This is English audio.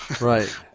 Right